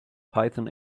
python